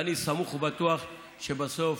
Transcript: אני סמוך ובטוח שבסוף